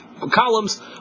columns